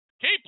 Keep